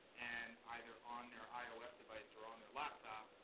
and either on their ios device or on their laptop,